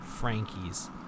frankies